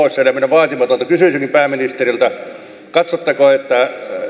ja euroalueen oloissa kysyisinkin pääministeriltä katsotteko että